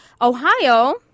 Ohio